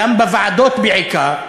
ובוועדות בעיקר,